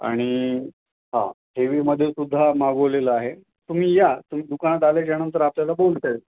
आणि हा हेवीमध्येसुद्धा मागवलेलं आहे तुम्ही या तुम्ही दुकानात आल्याच्यानंतर आपल्याला बोलता